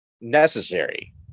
necessary